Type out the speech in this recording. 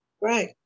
Right